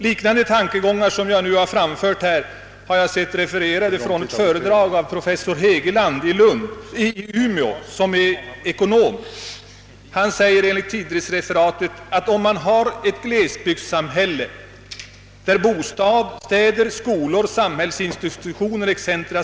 Liknande tankegångar framfördes i ett föredrag nyligen av ekonomen pro fessor H. Hegeland, Umeå. Jag citerar ur tidningsreferatet: »Om man har ett glesbygdssamhälle, där bostäder, skolor, samhällsinstitutioner etc.